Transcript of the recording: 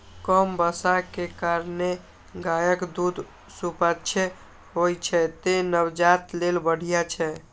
कम बसा के कारणें गायक दूध सुपाच्य होइ छै, तें नवजात लेल बढ़िया छै